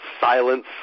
Silence